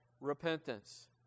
repentance